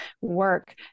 work